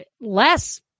less